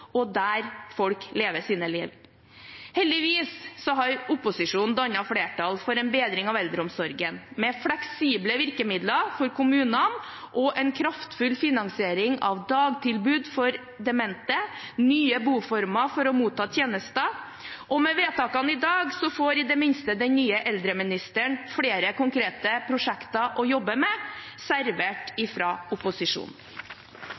og der folk lever sine liv. Heldigvis har opposisjonen dannet flertall for en bedring av eldreomsorgen med fleksible virkemidler for kommunene, en kraftfull finansiering av dagtilbud for demente og nye boformer for å motta tjenester. Med vedtakene i dag får i det minste den nye eldreministeren flere konkrete prosjekter å jobbe med servert